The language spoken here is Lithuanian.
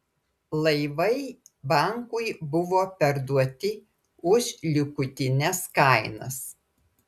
laivai bankui buvo perduoti už likutines kainas